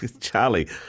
Charlie